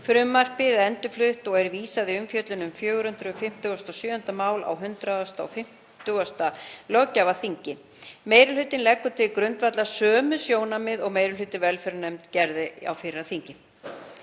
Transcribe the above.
Frumvarpið er endurflutt og er vísað til umfjöllunar um 457. mál á 150. löggjafarþingi. Meiri hlutinn leggur til grundvallar sömu sjónarmið og meiri hluti velferðarnefndar gerði á fyrra þingi.